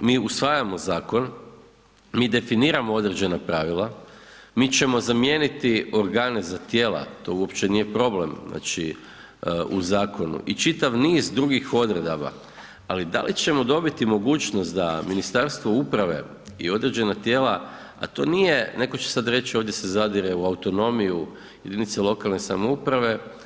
mi usvajamo zakon, mi definiramo određena pravila, mi ćemo zamijeniti organe za tijela, to uopće nije problem u zakonu i čitav niz drugih odredaba, ali da li ćemo dobiti mogućnost da Ministarstvo uprave i određena tijela, a to nije, netko će sad reći, ovdje se zadire u autonomiju jedinice lokalne samouprave.